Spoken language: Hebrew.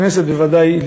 ככנסת בוודאי,